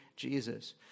Jesus